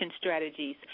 Strategies